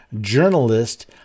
journalist